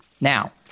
Now